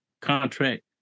contract